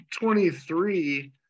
23